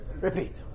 Repeat